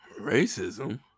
Racism